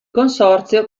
consorzio